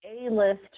A-list